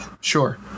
sure